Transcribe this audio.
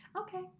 okay